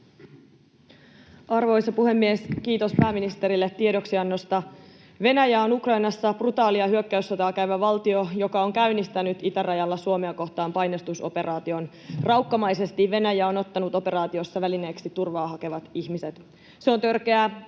Arvoisa puhemies! Kiitos pääministerille tiedoksiannosta. Venäjä on Ukrainassa brutaalia hyökkäyssotaa käyvä valtio, joka on käynnistänyt itärajalla Suomea kohtaan painostusoperaation. Raukkamaisesti Venäjä on ottanut operaatiossa välineeksi turvaa hakevat ihmiset. Se on törkeää,